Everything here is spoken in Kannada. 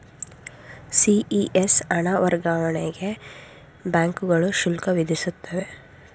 ಸಿ.ಇ.ಎಸ್ ಹಣ ವರ್ಗಾವಣೆಗೆ ಬ್ಯಾಂಕುಗಳು ಶುಲ್ಕ ವಿಧಿಸುತ್ತವೆ